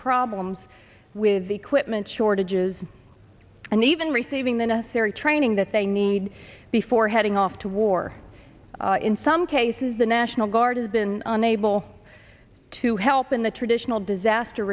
problems with equipment shortages and even receiving than a very training that they need before heading off to war in some cases the national guard has been unable to help in the traditional disaster